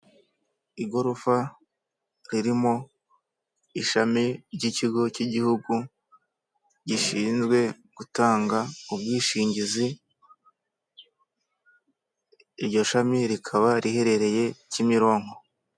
Igorofa ririmo ishami ry'ikigo cy'igihugu gishinzwe gutanga ubwishingizi, iryo shami rikaba riherereye kimironko.